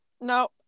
No